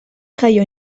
jaio